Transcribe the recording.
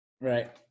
Right